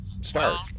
start